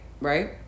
right